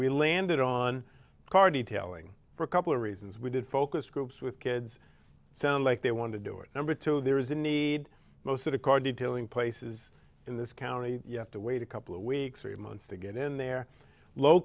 we landed on carty telling for a couple of reasons we did focus groups with kids sound like they want to do it number two there is a need most of the core detailing places in this county you have to wait a couple of weeks three months to get in there low